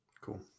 cool